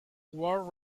world